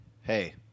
hey